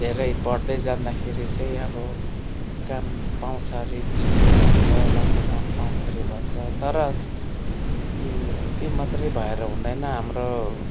धेरै पढ्दै जाँदाखेरि चाहिँ अब काम पाउँछ अरे छिटो भन्छ राम्रो काम पाउँछ अरे भन्छ तर त्यो मात्रै भएर हुँदैन हाम्रो